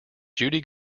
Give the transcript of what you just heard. judy